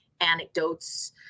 anecdotes